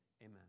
Amen